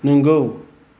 नंगौ